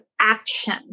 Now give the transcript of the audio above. action